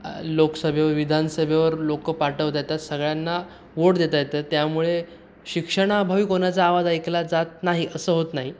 लोकसभेवर विधानसभेवर लोकं पाठवता येतात सगळ्यांना वोट देता येतात त्यामुळे शिक्षणाअभावी कोणाचा आवाज ऐकला जात नाही असं होत नाही